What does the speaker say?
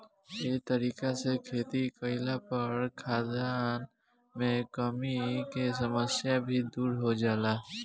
ए तरीका से खेती कईला पर खाद्यान मे कमी के समस्या भी दुर हो जाला